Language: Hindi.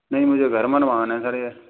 नहीं मुझे घर मंगवाना है सर ये